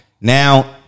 now